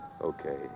Okay